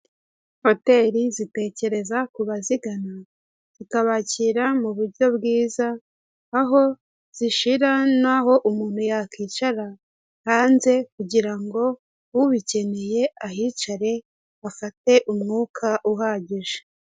Hoteli zitekereza ku bazigana, zikabakira mu buryo bwiza, aho zishira naho umuntu yakwicara hanze kugira ngo ubikeneye ahicare afate umwuka uhagije.